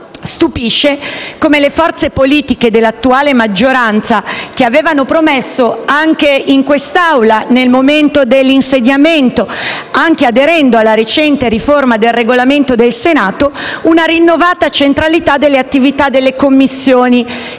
Stupiscono le forze politiche dell'attuale maggioranza, che avevano promesso anche in quest'Aula al momento dell'insediamento, anche aderendo alla recente riforma del Regolamento del Senato, una rinnovata centralità delle attività delle Commissioni,